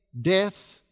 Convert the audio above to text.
death